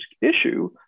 issue